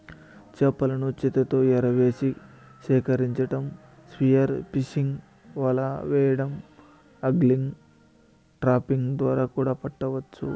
చేపలను చేతితో ఎరవేసి సేకరించటం, స్పియర్ ఫిషింగ్, వల వెయ్యడం, ఆగ్లింగ్, ట్రాపింగ్ ద్వారా కూడా పట్టవచ్చు